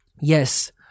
Yes